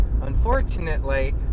unfortunately